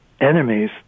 enemies